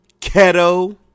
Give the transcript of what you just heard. Keto